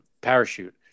parachute